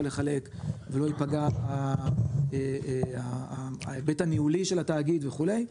לחלק ולא יפגע ההיבט הניהולי של התאגיד וכולי.